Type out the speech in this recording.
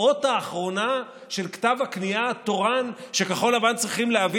האחרונה של כתב הכניעה התורן שכחול לבן צריכים להביא